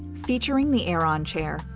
featuring the aeron chair,